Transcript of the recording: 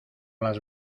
las